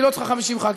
היא לא צריכה 50 ח"כים,